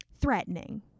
threatening